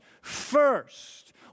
First